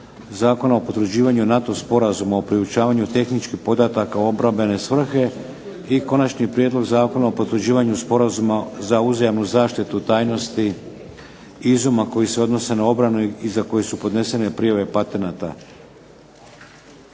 zakona o potvrđivanju NATO sporazuma o priopćavanju tehničkih podataka u obrambene svrhe, s konačnim prijedlogom zakona i Prijedlogu zakona o potvrđivanju Sporazuma za uzajamnu zaštitu tajnosti izuma koji se odnose na obranu i za koje su podnesene prijave patenata,